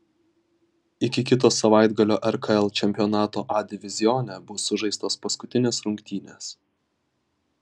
iki kito savaitgalio rkl čempionato a divizione bus sužaistos paskutinės rungtynės